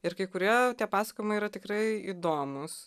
ir kai kurie tie pasakojimai yra tikrai įdomūs